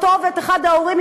אותו ואחד ההורים,